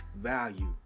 value